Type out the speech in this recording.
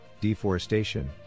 deforestation